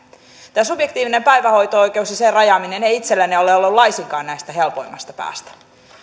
tämä subjektiivinen päivähoito oikeus ja sen rajaaminen ei itselleni ole ollut laisinkaan tästä helpoimmasta päästä